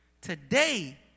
Today